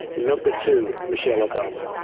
number two, michelle obama.